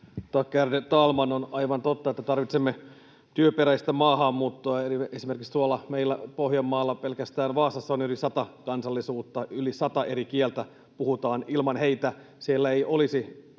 Tack, ärade talman! On aivan totta, että tarvitsemme työperäistä maahanmuuttoa. Esimerkiksi tuolla meillä Pohjanmaalla pelkästään Vaasassa on yli sata kansalaisuutta, yli sataa eri kieltä puhutaan. Ilman heitä siellä ei olisi